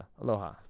Aloha